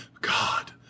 God